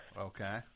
Okay